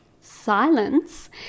silence